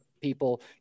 people